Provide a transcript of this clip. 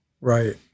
Right